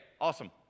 awesome